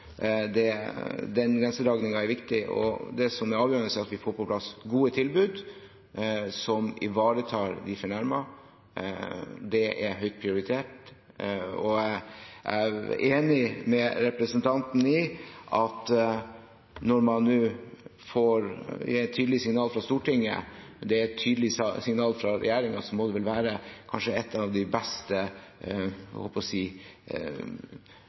Den grensedragningen er viktig. Det som er avgjørende, er at vi får på plass gode tilbud som ivaretar de fornærmede. Det er høyt prioritert. Og jeg er enig med representanten i at når man nå gir et tydelig signal fra Stortinget, og det er et tydelig signal fra regjeringen, må det vel være noe av